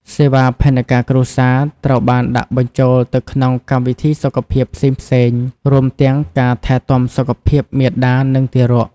សេវាផែនការគ្រួសារត្រូវបានដាក់បញ្ចូលទៅក្នុងកម្មវិធីសុខភាពផ្សេងៗ រួមទាំងការថែទាំសុខភាពមាតា និងទារក។